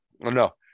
No